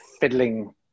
fiddling